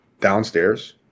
downstairs